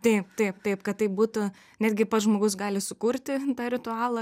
taip taip taip kad tai būtų netgi pats žmogus gali sukurti tą ritualą